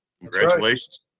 Congratulations